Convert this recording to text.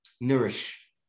nourish